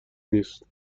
نیست